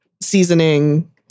seasoning